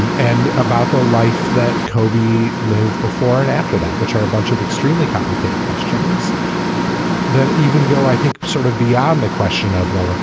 um and about the life that kobe lived before and after that, which are a bunch of extremely complicated questions that even go, i think, sort of beyond the question of, well,